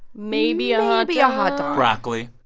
maybe um maybe a hotdog broccoli.